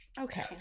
Okay